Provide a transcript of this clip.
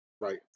right